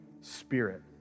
Spirit